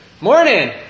Morning